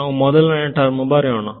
ನಾವು ಮೊದಲನೇ ಟರ್ಮ್ ಬರೆಯೋಣ